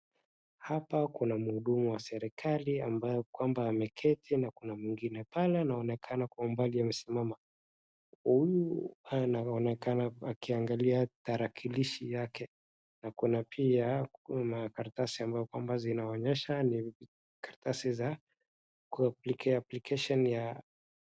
Hapa kuna mhudumu wa serikali ambayo kwamba ameketi na kuna mwingine pale anaonekana kwa umbali amesimama. Huyu anaonekana akiangalia tarakilishi yake na kuna pia kuna karatasi ambayo kwamba zinaonyesha ni kararatasi za application ya.